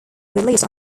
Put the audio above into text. released